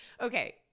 okay